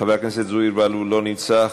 חבר הכנסת זוהיר בהלול, לא נמצא.